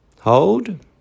hold